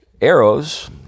arrows